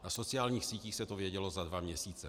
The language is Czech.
Na sociálních sítí se to vědělo na dva měsíce.